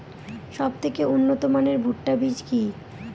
সবথেকে উন্নত মানের ভুট্টা বীজ কি?